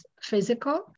physical